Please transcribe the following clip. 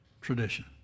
tradition